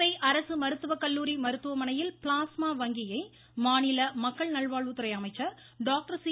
கோவை அரசு மருத்துவக்கல்லூாரி மருத்துவ மனையில் பிளாஸ்மா வங்கியை மாநில மக்கள் நல்வாழ்வுத்துறை அமைச்சர் டாக்டர் சி